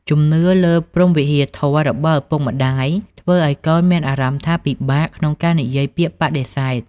ជំនឿលើ "ព្រហ្មវិហារធម៌" របស់ឪពុកម្តាយ ធ្វើឱ្យកូនមានអារម្មណ៍ថាពិបាកក្នុងការនិយាយពាក្យបដិសេធ។